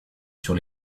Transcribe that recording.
sur